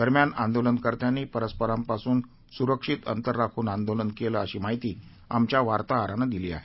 दरम्यान आंदोलनकर्त्यांनी परस्परांपासून सुरक्षित अंतर राखून आंदोलन केलं अशी माहिती आमच्या वार्ताहरानं दिली आहे